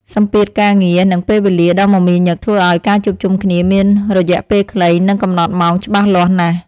សម្ពាធការងារ និងពេលវេលាដ៏មមាញឹកធ្វើឱ្យការជួបជុំគ្នាមានរយៈពេលខ្លីនិងកំណត់ម៉ោងច្បាស់លាស់ណាស់។